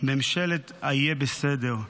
ממשלת ה"יהיה בסדר".